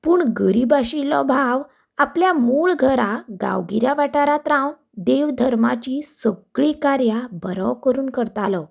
पूण गरीब आशिल्लो भाव आपल्या मूळ घरा गांवगिऱ्या वाठारांत रावन देव धर्माची सगळीं कार्यां बरो करून करतालो